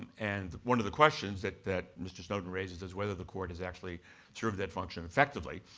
and one of the questions that that mr. snowden raises is whether the court has actually served that function effectively.